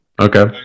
okay